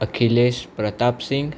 Akhilesh Pratapsingh